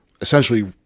essentially